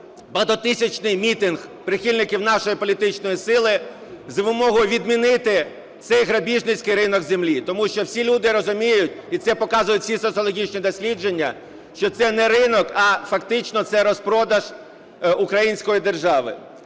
багатотисячний мітинг прихильників нашої політичної сили з вимогою відмінити цей грабіжницький ринок землі, тому що всі люди розуміють, і це показують всі соціологічні дослідження, що це не ринок, а фактично це розпродаж української держави.